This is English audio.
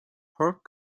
pork